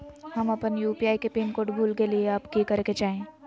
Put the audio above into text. हम अपन यू.पी.आई के पिन कोड भूल गेलिये हई, अब की करे के चाही?